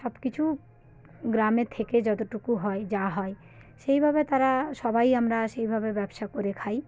সব কিছু গ্রামে থেকে যতটুকু হয় যা হয় সেইভাবে তারা সবাই আমরা সেইভাবে ব্যবসা করে খাই